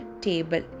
Table